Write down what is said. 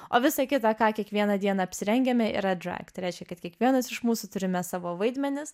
o visa kita ką kiekvieną dieną apsirengiame yra drag tai reiškia kad kiekvienas iš mūsų turime savo vaidmenis